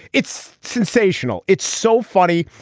it's sensational. it's so funny.